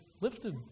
lifted